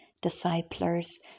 disciples